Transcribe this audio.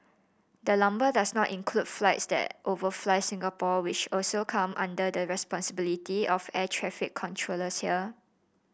the number does not include flights that overfly Singapore which also come under the responsibility of air traffic controllers here